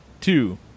two